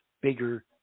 bigger